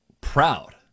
proud